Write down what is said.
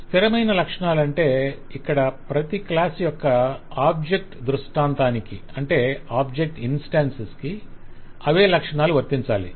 స్థిరమైన లక్షణాలు అంటే ఇక్కడ ప్రతి క్లాస్ యొక్క ఆబ్జెక్ట్ దృష్టాంతానికి అవే లక్షణాలు వర్తించాలి